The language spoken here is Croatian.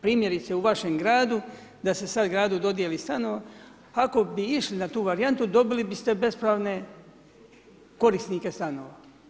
Primjerice u vašem gradu, da se sad gradu dodijeli stanova, ako bi išli na tu varijantnu, dobili biste bespravne korisnike stanova.